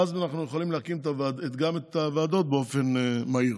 ואז אנחנו יכולים להקים גם את הוועדות באופן מהיר.